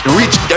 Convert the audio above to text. reach